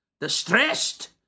distressed